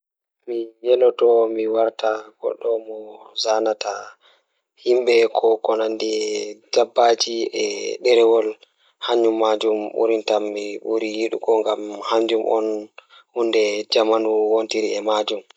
Mi yeloto mi warta goɗɗo mo So tawii miɗo waɗa jaɓde kala ngal ɗiɗi, mi waɗataa jaɓde waɗude scientist ngoni hakillo ngal. Ko ndee, njiddaade scientist ngal o waawataa haɗtude ngal njiddaare ngal leydi e jammaaji ngal yimɓe. Miɗo waawataa waɗude njam ngam waɗude fiyaangu e waɗtude ngal rewɓe ngal ɓuri moƴƴaare